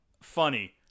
Funny